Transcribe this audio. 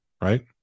right